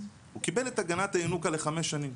הוא קיבל את הגנת הינוקא ל-5 שנים.